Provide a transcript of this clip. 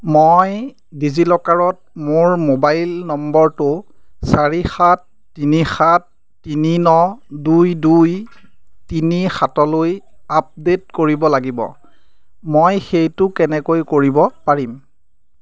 মই ডিজিলকাৰত মোৰ মোবাইল নম্বৰটো চাৰি সাত তিনি সাত তিনি ন দুই দুই তিনি সাতলৈ আপডেট কৰিব লাগিব মই সেইটো কেনেকৈ কৰিব পাৰিম